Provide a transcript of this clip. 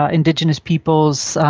ah indigenous peoples,